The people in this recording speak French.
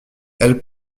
elles